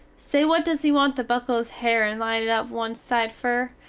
say what does he want to buckle his hare and line it up one side fer?